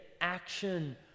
action